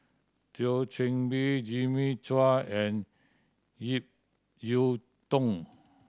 Thio Chan Bee Jimmy Chua and Ip Yiu Tung